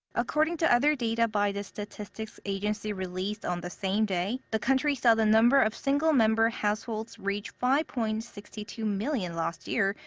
according to other data by the statistics agency released on the same day, the country saw the number of single-member households reach five point six two million last year,